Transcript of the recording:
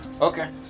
Okay